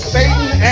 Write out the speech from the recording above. Satan